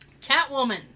Catwoman